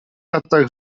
latach